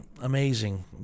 amazing